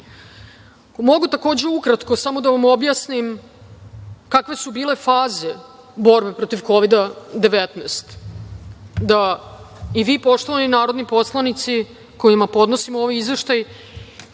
takođe ukratko samo da vam objasnim kakve su bile faze borbe protiv Kovida – 19, pa da i vi, poštovani narodni poslanici, kojima podnosimo ovaj izveštaj,